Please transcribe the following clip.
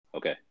Okay